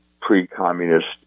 pre-communist